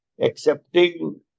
accepting